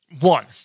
One